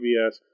PBS